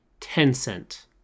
Tencent